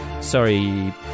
sorry